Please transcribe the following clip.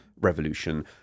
revolution